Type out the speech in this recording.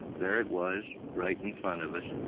there it was right in front of us,